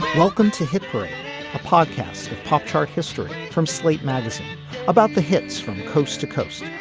welcome to hipper podcast the pop chart history from slate magazine about the hits from coast to coast.